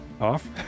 Off